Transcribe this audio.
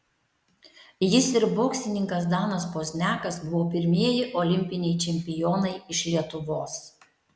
jis ir boksininkas danas pozniakas buvo pirmieji olimpiniai čempionai iš lietuvos